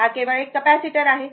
हा केवळ एक कॅपेसिटर आहे